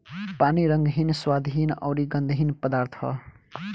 पानी रंगहीन, स्वादहीन अउरी गंधहीन पदार्थ ह